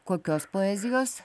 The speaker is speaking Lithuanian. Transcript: kokios poezijos